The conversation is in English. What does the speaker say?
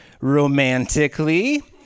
romantically